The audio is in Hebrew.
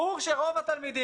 ברור שרוב הציונים